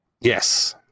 Yes